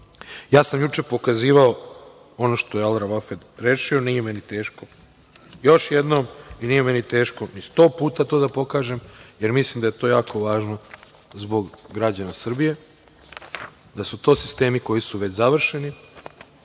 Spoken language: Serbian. sam pokazivao ono što je „Al Ravafed“ rešio, nije mi teško još jednom i nije mi teško 100 puta to da pokažem, jer mislim da je to jako važno zbog građane Srbije, da su to sistemi koji su već završeni,